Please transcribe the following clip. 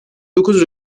dokuz